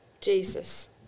Jesus